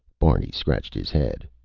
barney scratched his head.